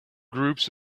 groups